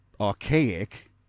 archaic